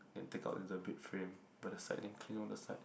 then take out the bed frame put at the side then clean on the side